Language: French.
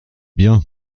bien